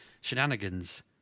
shenanigans